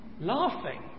laughing